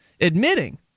admitting